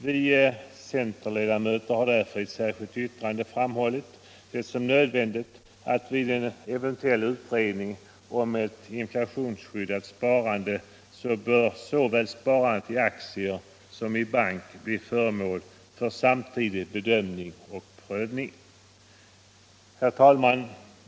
Vi centerledamöter har därför i ett särskilt yttrande framhållit det som nödvändigt att vid en eventuell utredning om ett inflationsskyddat sparande såväl sparandet i aktier som sparandet i bank blir föremål för samtidig bedömning och prövning. Herr talman!